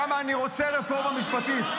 כמה אני רוצה רפורמה משפטית.